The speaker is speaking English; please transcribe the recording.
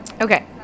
Okay